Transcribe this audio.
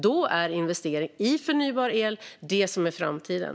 Då är investering i förnybar el det som är framtiden.